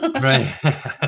right